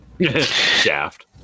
Shaft